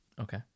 Okay